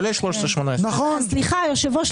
סליחה היושב-ראש,